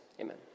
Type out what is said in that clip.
amen